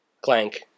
clank